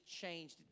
changed